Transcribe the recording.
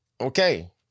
okay